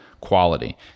quality